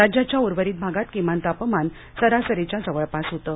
राज्याच्या उर्वरित भागात किमान तापमान सरासरीच्या जवळपास होतं